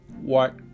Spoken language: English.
What